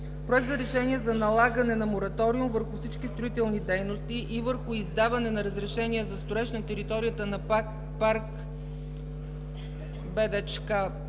Проект за решение за налагане на мораториум върху всички строителни дейности и върху издаване на разрешения за строеж на територията на парк